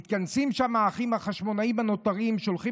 מתכנסים שם האחים החשמונאים הנותרים ושולחים